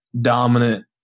dominant